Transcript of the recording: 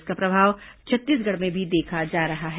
इसका प्रभाव छत्तीसगढ़ में भी देखा जा रहा है